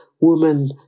woman